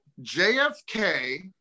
JFK